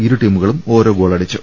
ഇരു ടീമു കളും ഓരോ ഗോളടിച്ചു